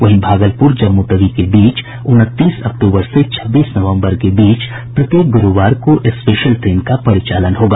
वहीं भागलपुर जम्मू तवी के बीच उनतीस अक्टूबर से छब्बीस नवम्बर के बीच प्रत्येक गुरूवार को स्पेशल ट्रेन का परिचालन होगा